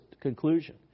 conclusion